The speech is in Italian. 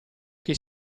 che